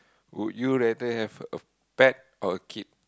would you rather have a pet or a kid